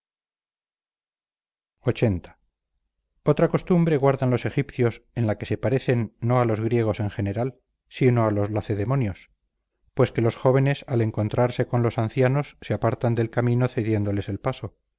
lxxx otra costumbre guardan los egipcios en la que se parecen no a los griegos en general sino a los lacedemonios pues que los jóvenes al encontrarse con los ancianos se apartan del camino cediéndoles el paso